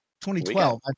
2012